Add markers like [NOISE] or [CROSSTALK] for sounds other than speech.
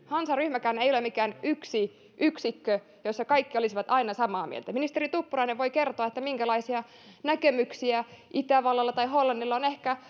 hansaryhmäkään ei ole mikään yksi yksikkö jossa kaikki olisivat aina samaa mieltä ministeri tuppurainen voi kertoa minkälaisia näkemyksiä itävallalla tai hollannilla on ehkä [UNINTELLIGIBLE]